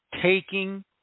taking